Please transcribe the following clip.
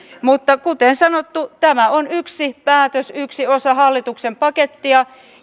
mutta kuten sanottu tämä on yksi päätös yksi osa hallituksen pakettia